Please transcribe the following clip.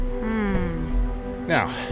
Now